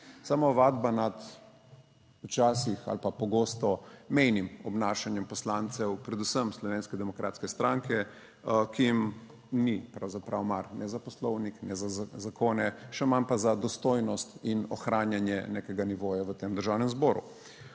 Samo ovadba nad včasih ali pa pogosto mejnim obnašanjem poslancev, predvsem Slovenske demokratske stranke, ki jim ni pravzaprav mar ne za Poslovnik, ne za zakone, še manj pa za dostojnost in ohranjanje nekega nivoja v tem Državnem zboru.